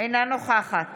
אינה נוכחת